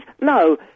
No